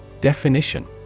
Definition